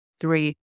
three